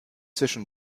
zwischen